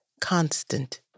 constant